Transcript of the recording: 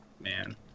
man